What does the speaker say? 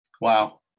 Wow